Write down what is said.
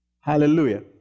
Hallelujah